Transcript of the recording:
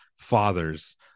fathers